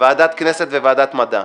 ועדת כנסת וועדת מדע.